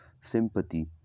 sympathy